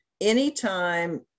Anytime